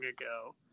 ago